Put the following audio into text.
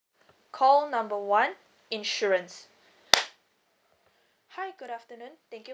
call number one insurance hi good afternoon thank you